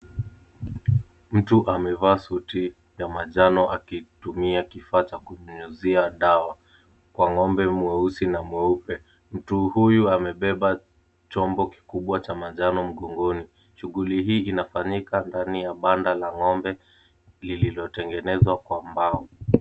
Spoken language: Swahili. Mtu amevaa suti ya manjano akitumia kifaa cha kunyunyizia dawa kwa ng'ombe mweusi na mweupe. Mtu huyu amebeba chombo kikubwa cha manjano mgongoni. Shughuli hii inafanyika ndani ya banda la ng'ombe lililotengenezwa kwa mbao.